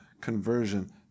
conversion